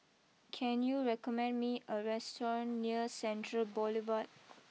can you recommend me a restaurant near Central Boulevard